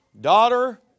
daughter